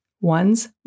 one's